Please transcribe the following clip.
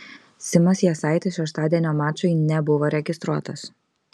simas jasaitis šeštadienio mačui nebuvo registruotas